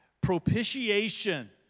Propitiation